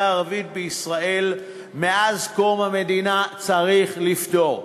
הערבית בישראל מאז קום המדינה צריך לפתור.